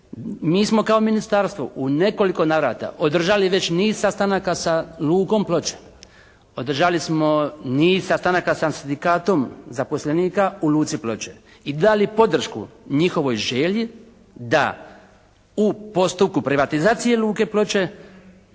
Mi smo kao Ministarstvo u nekoliko navrata održali već niz sastanaka sa lukom Ploče. Održali smo niz sastanaka sa Sindikatom zaposlenika u luci Ploče. I dali podršku njihovoj želji da u postupku privatizacije luke Ploče